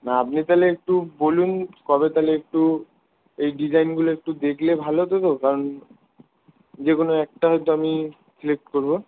না আপনি তাহলে একটু বলুন কবে তাহলে একটু এই ডিজাইনগুলো একটু দেখলে ভালো হতো তো কারণ যে কোনো একটা হয়তো আমি সিলেক্ট করব